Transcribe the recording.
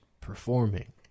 performing